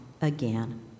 again